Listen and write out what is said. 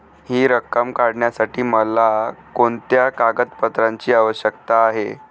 हि रक्कम काढण्यासाठी मला कोणत्या कागदपत्रांची आवश्यकता आहे?